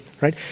right